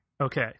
Okay